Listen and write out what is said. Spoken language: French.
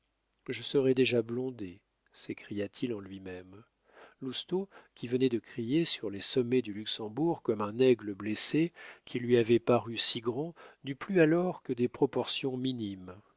je serais déjà blondet s'écria-t-il en lui-même lousteau qui venait de crier sur les sommets du luxembourg comme un aigle blessé qui lui avait paru si grand n'eut plus alors que des proportions minimes